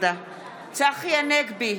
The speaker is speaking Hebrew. צחי הנגבי,